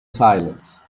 silence